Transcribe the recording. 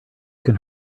can